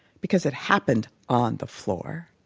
because it happened on the floor,